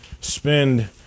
spend